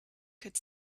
could